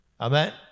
Amen